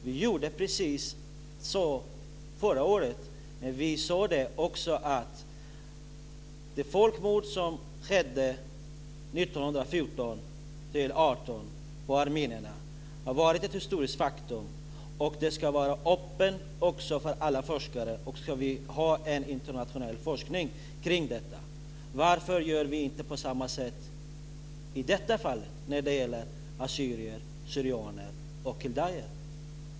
Vi gjorde precis så förra året, när vi sade att det folkmord som skedde på armenierna 1914-1918 var ett historiskt faktum, att det ska vara öppet för alla forskare och att det ska göras en internationell forskning kring detta. Varför gör vi inte på samma sätt i detta fall när det gäller assyrier, syrianer och kaldéer?